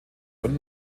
und